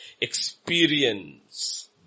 experience